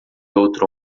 outro